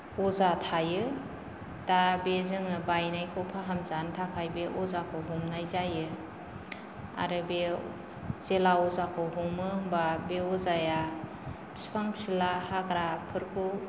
अजा थायो दा बे जोङो बायनायखौ फाहामनो थाखाय बे अजाखौ हमनाय जायो आरो बेयो जेला अजाखौ हमो होमबा बे अजाया बिफां बिला हाग्राफोरखौ